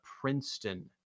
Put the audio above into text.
Princeton